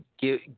give